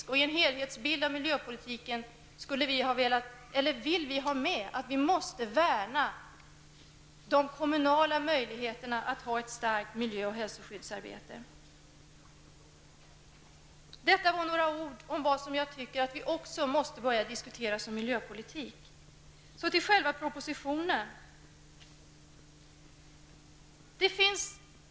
Vi vill i en helhetsbild av miljöpolitiken ha med att de kommunala möjligheterna till ett starkt miljö och hälsoskyddsarbete måste värnas. Detta var några ord om vad jag anser att vi också måste börja diskutera som miljöpolitik. Så till själva propositionen.